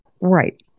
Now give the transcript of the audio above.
Right